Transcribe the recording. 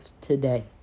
today